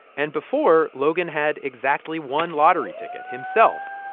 and before, logan had exactly one lottery ticket, himself.